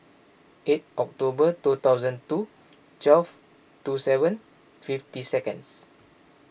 eight October two thousand two twelve two seven fifty seconds